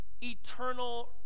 eternal